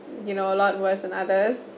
you know a lot worse than others